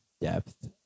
depth